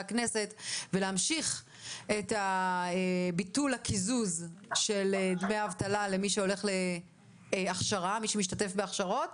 הכנסת ולהמשיך את ביטול הקיזוז של דמי האבטלה למי שמשתתף בהכשרות.